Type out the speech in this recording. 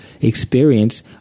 experience